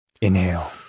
Inhale